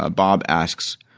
ah bob asks,